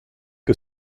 que